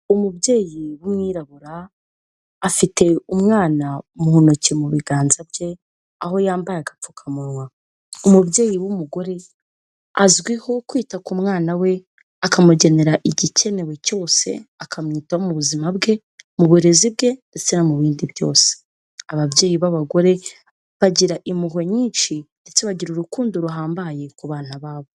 Umubyeyi w'umwirabura afite umwana mu ntoki mu biganza bye, aho yambaye agapfukamunwa. Umubyeyi w'umugore azwiho kwita ku mwana we, akamugenera igikenewe cyose, akamwitaho mu buzima bwe, mu burezi bwe, ndetse no mu bindi byose. Ababyeyi b'abagore bagira impuhwe nyinshi ndetse bagira urukundo ruhambaye ku bana babo.